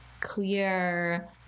clear